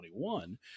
2021